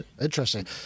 interesting